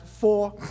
four